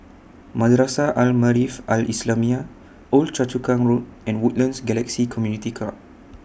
Madrasah Al Maarif Al Islamiah Old Choa Chu Kang Road and Woodlands Galaxy Community Club